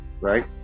Right